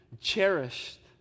cherished